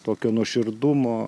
tokio nuoširdumo